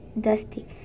Dusty